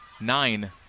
nine